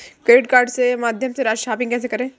Credit card के माध्यम से शॉपिंग कैसे करें?